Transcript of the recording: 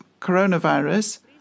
coronavirus